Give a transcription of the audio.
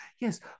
Yes